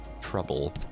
trouble